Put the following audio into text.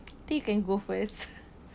I think you can go first